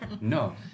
No